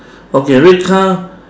okay red car